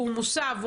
והוא מוסב,